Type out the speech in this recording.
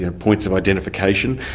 yeah points of identification.